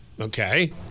okay